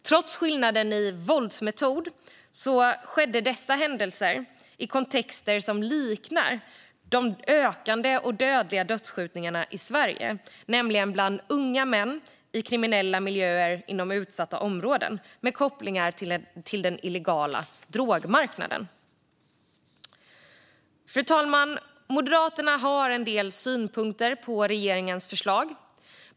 Trots skillnaden i våldsmetod skedde dessa händelser i kontexter som liknar de ökande dödsskjutningarna i Sverige, nämligen bland unga män i kriminella miljöer inom utsatta områden med kopplingar till den illegala drogmarknaden. Fru talman! Moderaterna har en del synpunkter på regeringens förslag.